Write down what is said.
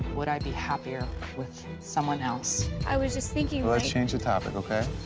would i be happier with someone else? i was just thinking let's change the topic, okay?